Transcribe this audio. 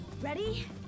Ready